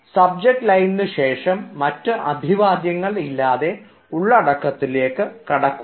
subject ലൈനിന് ശേഷം മറ്റ് അഭിവാദ്യങ്ങൾ ഇല്ലാതെ ഉള്ളടക്കത്തിലേക്ക് കിടക്കുക